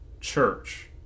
church